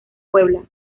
puebla